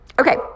Okay